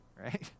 right